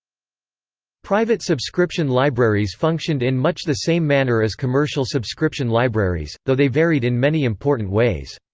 private subscription libraries functioned in much the same manner as commercial subscription libraries, though they varied in many important ways.